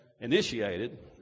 initiated